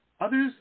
Others